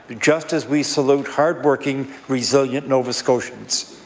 just as we salute hard-working, resilient nova scotians.